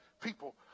people